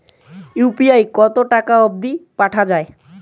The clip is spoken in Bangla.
ইউ.পি.আই কতো টাকা অব্দি পাঠা যায়?